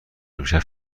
امشب